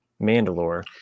mandalore